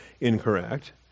incorrect